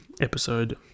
episode